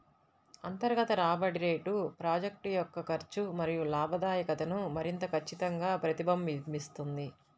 అంతర్గత రాబడి రేటు ప్రాజెక్ట్ యొక్క ఖర్చు మరియు లాభదాయకతను మరింత ఖచ్చితంగా ప్రతిబింబిస్తుంది